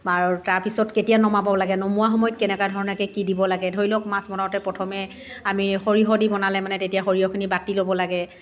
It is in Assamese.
আৰু তাৰপাছত কেতিয়া নমাব লাগে নমোৱাৰ সময়ত কেনেকুৱা ধৰণৰকৈ কি দিব লাগে ধৰি লওক মাছ বনাওঁতে প্ৰথমে আমি সৰিয়হ দি বনালে মানে তেতিয়া সৰিয়হখিনি বাটি ল'ব লাগে